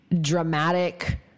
dramatic